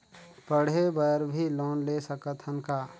पढ़े बर भी लोन ले सकत हन का?